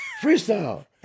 Freestyle